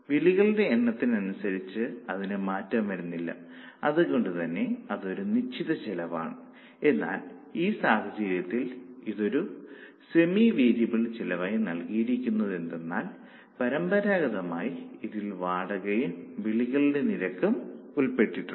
വിളികളുടെ എണ്ണത്തിനനുസരിച്ച് അതിനു മാറ്റം വരുന്നില്ല അതുകൊണ്ടുതന്നെ അതൊരു നിശ്ചിത ചെലവാണ് എന്നാൽ ഈ സാഹചര്യത്തിൽ ഇതൊരു സെമി വേരിയബിൾ ചെലവായി നൽകിയിരിക്കുന്നതെന്തുകൊണ്ടെന്നാൽ പരമ്പരാഗതമായി ഇതിൽ വാടകയും വിളികളുടെ നിരക്കും ഉൾപ്പെട്ടിട്ടുണ്ട്